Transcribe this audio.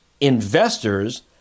investors